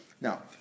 Now